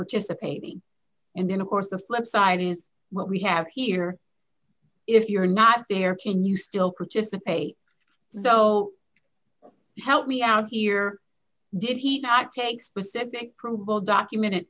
participating and then of course the flip side is what we have here if you're not there can you still protest the pay so help me out here did he not take specific pro bowl documented